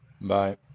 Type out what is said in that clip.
Bye